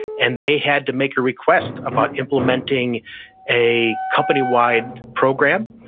and they had to make a request about implementing a company-wide program,